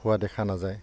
হোৱা দেখা নাযায়